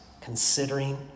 considering